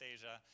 Asia